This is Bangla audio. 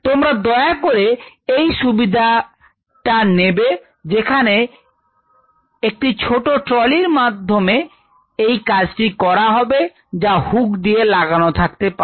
তোমরা দয়া করে এই সুবিধাটা নেবে যেখানে একটি ছোট ট্রলির মাধ্যমের দ্বারা এই কাজটি করা হবে যা হুক দিয়ে লাগান থাকতে পারে